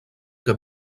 que